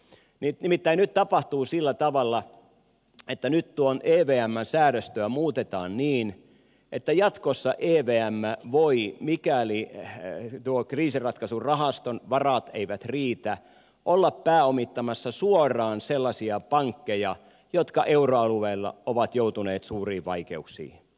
nimittäin nyt tapahtuu sillä tavalla että nyt evmn säädöstöä muutetaan niin että jatkossa evm voi mikäli tuon kriisinratkaisurahaston varat eivät riitä olla pääomittamassa suoraan sellaisia pankkeja jotka euroalueella ovat joutuneet suuriin vaikeuksiin